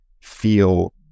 feel